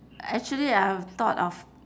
actually I've thought of